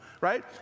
right